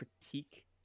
critique